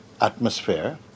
atmosphere